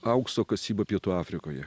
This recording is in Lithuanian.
aukso kasyba pietų afrikoje